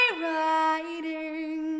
writing